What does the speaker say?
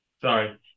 Sorry